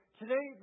today